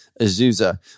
Azusa